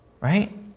right